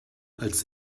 als